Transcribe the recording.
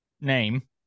name